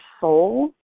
soul